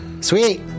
Sweet